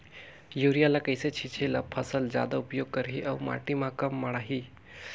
Urea ल कइसे छीचे ल फसल जादा उपयोग करही अउ माटी म कम माढ़ही?